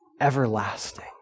everlasting